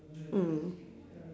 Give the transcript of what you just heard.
mm